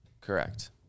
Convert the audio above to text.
Correct